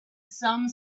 some